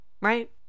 Right